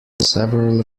several